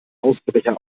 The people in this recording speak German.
ausbrecher